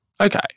Okay